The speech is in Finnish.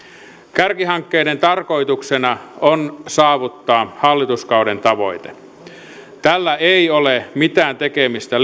kärkihankkeiden tarkoituksena on saavuttaa hallituskauden tavoite tällä ei ole mitään tekemistä